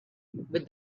with